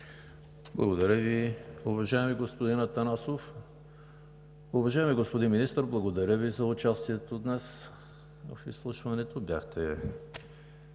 Благодаря Ви, уважаеми господин Атанасов. Уважаеми господин Министър, благодаря за участието Ви днес в изслушването. Бяхте